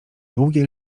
długie